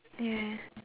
yeah